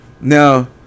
Now